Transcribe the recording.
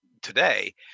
today